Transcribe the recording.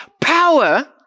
power